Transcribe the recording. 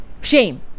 Shame